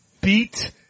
beat